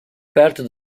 perto